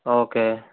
okay